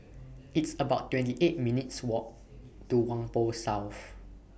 It's about twenty eight minutes' Walk to Whampoa South